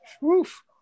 Woof